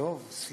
אה, טוב סליחה.